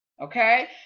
Okay